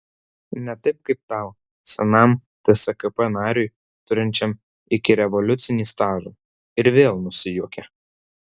ne taip kaip tau senam tskp nariui turinčiam ikirevoliucinį stažą ir vėl nusijuokė